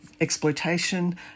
exploitation